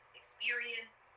experience